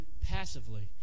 passively